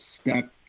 step